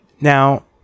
Now